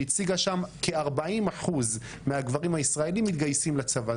הציגה שם כ-40% מהגברים הישראלים מתגייסים לצבא.